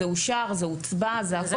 זה אושר, זה הוצבע, זה הכל.